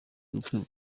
ubukwe